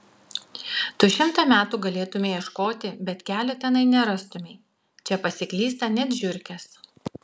tu šimtą metų galėtumei ieškoti bet kelio tenai nerastumei čia pasiklysta net žiurkės